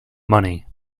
money